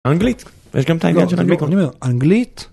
אנגלית, ויש גם את העניין של אנגלית. לא, אני אומר, אנגלית?